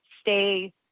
stay